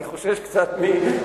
אני חושש מהערתך...